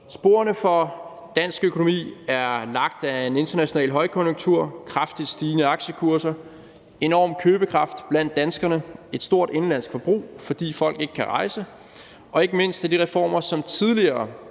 Sporene for dansk økonomi er lagt af en international højkonjunktur, kraftigt stigende aktiekurser, enorm købekraft blandt danskerne, et stort indenlandsk forbrug, fordi folk ikke kan rejse, og ikke mindst af de reformer, som tidligere